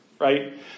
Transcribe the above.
right